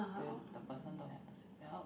told you the person don't have the seatbelt